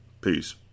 Peace